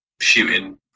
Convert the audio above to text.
shooting